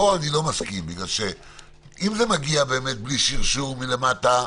פה אני לא מסכים בגלל שאם זה מגיע באמת בלי שרשור מלמטה,